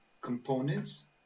components